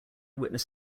witness